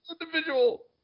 individual